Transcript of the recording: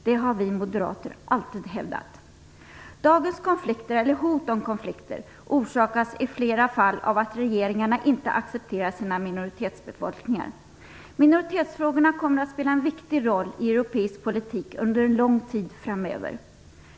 Det har vi moderater alltid hävdat. Dagens konflikter eller hot om konflikter orsakas i flera fall av att regeringarna inte accepterar sina minoritetsbefolkningar. Minoritetsfrågorna kommer att spela en viktig roll i europeisk politik under lång tid framöver.